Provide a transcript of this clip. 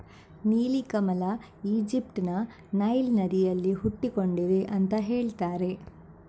ನೀಲಿ ಕಮಲ ಈಜಿಪ್ಟ್ ನ ನೈಲ್ ನದಿಯಲ್ಲಿ ಹುಟ್ಟಿಕೊಂಡಿದೆ ಅಂತ ಹೇಳ್ತಾರೆ